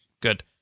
Good